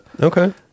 Okay